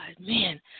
man